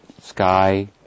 sky